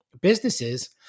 businesses